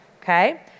okay